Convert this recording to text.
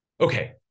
okay